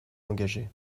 engagée